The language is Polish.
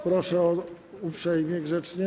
Proszę uprzejmie, grzecznie.